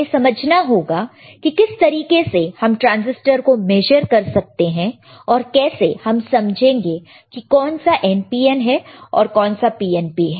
हमें समझना होगा कि किस तरीके से हम ट्रांजिस्टर को मेजर कर सकते हैं और कैसे हम समझेंगे कि कौन सा NPN है और कौन सा PNP है